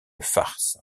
farce